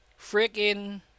freaking